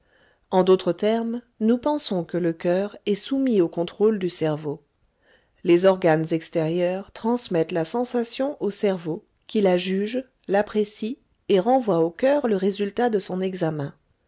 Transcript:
en d'autres termes nous pensons que le coeur est soumis au contrôle du cerveau les organes extérieurs transmettent la sensation au cerveau qui la juge l'apprécie et renvoie au coeur le résultat de son examen